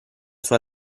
sua